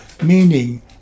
meaning